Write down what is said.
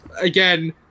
again